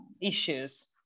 issues